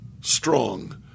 strong